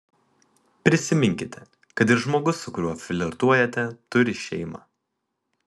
prisiminkite kad ir žmogus su kuriuo flirtuojate turi šeimą